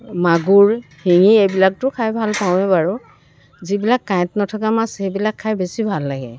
মাগুৰ শিঙি এইবিলাকতো খাই ভাল পাওঁৱেই বাৰু যিবিলাক কাঁইট নথকা মাছে সেইবিলাক খাই বেছি ভাল লাগে